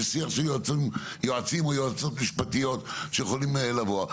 יש שיח של יועצים או יועצות משפטיות שיכולים לבוא.